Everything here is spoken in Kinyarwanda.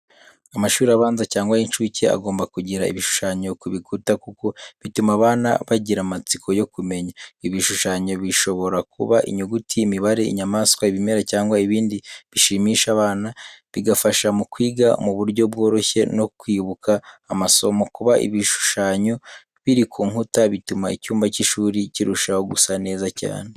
Amashuri abanza cyangwa ay'incuke agomba kugira ibishushanyo ku bikuta, kuko bituma abana bagira amatsiko yo kumenya. Ibi bishushanyo bishobora kuba inyuguti, imibare, inyamaswa, ibimera, cyangwa ibindi bishimisha abana, bigafasha mu kwiga mu buryo bworoshye no kwibuka amasomo. Kuba ibishushanyo biri ku nkuta bituma icyumba cy'ishuri kirushaho gusa neza cyane.